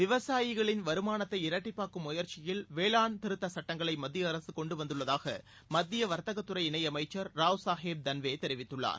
விவசாயிகளின் வருமானத்தை இரட்டிப்பாக்கும் முயற்சியில் வேளாண் திருத்தச் சுட்டங்களை மத்திய அரசு கொண்டு வந்துள்ளதாக மத்திய வர்த்தகத்துறை இணையமைச்சர் ராவ்சாகேப் தன்வே தெரிவித்துள்ளார்